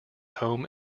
home